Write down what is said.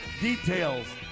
Details